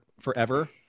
forever